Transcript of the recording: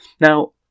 Now